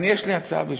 יש לי הצעה בשבילך: